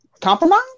compromise